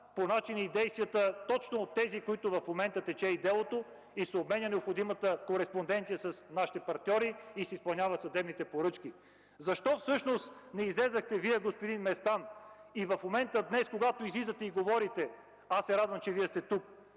за начините и действията точно от тези, срещу които и в момента тече делото и се обменя необходимата кореспонденция с нашите партньори, и се изпълняват съдебните поръчки. Защо всъщност не излязохте Вие, господин Местан? И в момента, когато излизате днес и говорите, аз се радвам, че Вие сте тук,